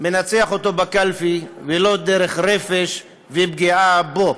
מנצח אותו בקלפי, ולא דרך רפש ופגיעה בו.